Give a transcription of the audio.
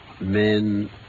men